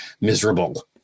miserable